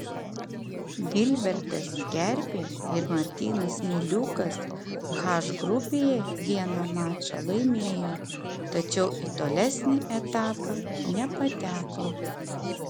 gilbertas kerpė ir martynas miliukas h grupėje vieną mačą laimėjo tačiau į tolesnį etapą nepateko